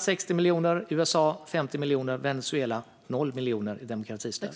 60 miljoner till Ryssland, 50 miljoner till USA och noll miljoner till Venezuela i demokratistöd.